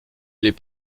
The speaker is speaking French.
les